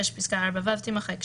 (6) פסקה (4ו) תימחק,